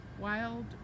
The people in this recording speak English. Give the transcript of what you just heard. wild